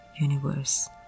universe